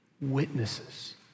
Witnesses